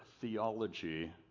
theology